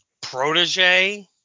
protege